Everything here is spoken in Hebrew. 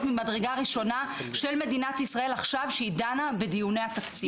ממדרגה ראשונה של מדינת ישראל עכשיו שהיא דנה בדיוני התקציב.